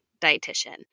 dietitian